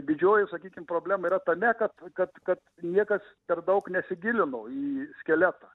didžioji sakykime problema yra tame kad tad kad niekad per daug nesigilinau į skeletą